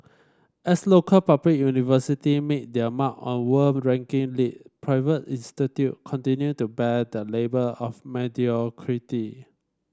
as local public university make their mark on world ranking league private institute continue to bear the label of mediocrity